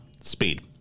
Speed